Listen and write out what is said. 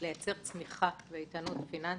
לייצר צמיחה ואיתנות פיננסית,